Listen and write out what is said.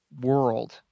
World